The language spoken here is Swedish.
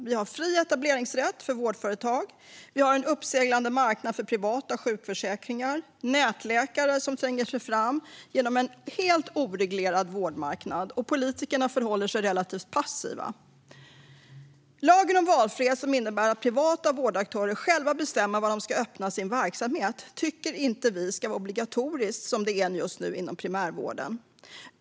Vi har fri etableringsrätt för vårdföretag, en uppseglande marknad för privata sjukförsäkringar och nätläkare som tränger sig fram genom en helt oreglerad vårdmarknad, och politikerna förhåller sig relativt passiva. Lagen om valfrihet innebär att privata vårdaktörer själva får bestämma var de ska öppna sin verksamhet. Vi tycker inte att detta ska vara obligatoriskt, som det är just nu inom primärvården.